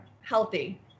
healthy